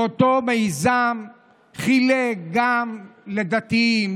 באותו מיזם חילק לדתיים,